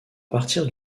partir